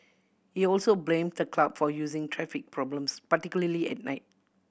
he also blame the club for using traffic problems particularly at night